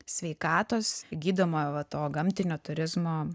sveikatos gydomojo va to gamtinio turizmo